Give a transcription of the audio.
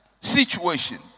situation